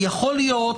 יכול להיות